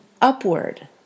upward